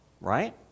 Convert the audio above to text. right